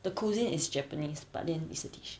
the cuisine is japanese but then it's a dish